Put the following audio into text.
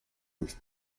with